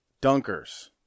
dunkers